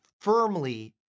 firmly